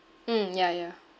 mm ya ya